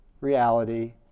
reality